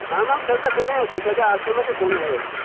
आम् आम् सर्वदा कोणे अस्ति तद् आश्रमस्य कोणे एव अस्ति